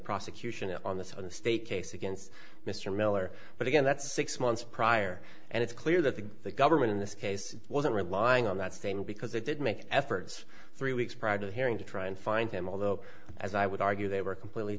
prosecution on this on the state case against mr miller but again that's six months prior and it's clear that the government in this case wasn't relying on that statement because they did make efforts three weeks prior to the hearing to try and find him although as i would argue they were completely